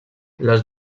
les